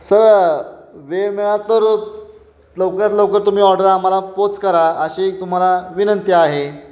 sir वेळ मिळाला तर लवकत लवकर तुम्ही ऑर्डर आम्हाला पोहोच करा अशी एक तुम्हाला विनंती आहे